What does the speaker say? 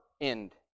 end